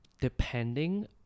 depending